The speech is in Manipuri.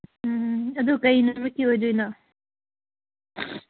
ꯎꯝ ꯑꯗꯨ ꯀꯔꯤ ꯅꯨꯃꯤꯠꯀꯤ ꯑꯏꯗꯣꯏꯅꯣ